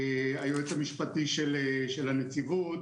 היועץ המשפטי של הנציבות.